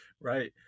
Right